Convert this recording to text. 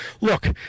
Look